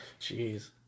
Jeez